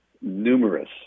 numerous